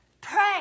pray